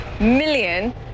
million